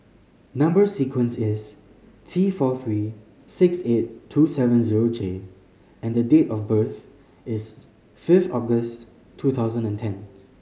number sequence is T four three six eight two seven zero J and the date of birth is five August two thousand and ten